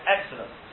Excellent